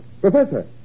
Professor